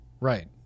Right